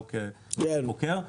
לא כחוקר,